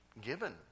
given